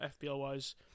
FBL-wise